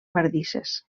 bardisses